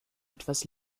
etwas